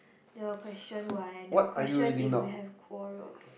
they will question why they will question if we have quarreled